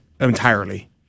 entirely